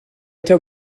taw